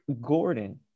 gordon